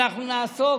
אנחנו נעסוק